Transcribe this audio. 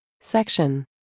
Section